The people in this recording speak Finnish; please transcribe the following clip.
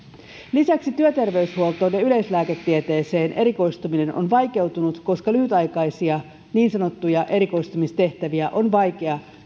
lisäksi työterveyshuoltoon ja yleislääketieteeseen erikoistuminen on vaikeutunut koska lyhytaikaisia niin sanottuja erikoistumistehtäviä on vaikea